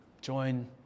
Join